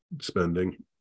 spending